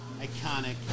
iconic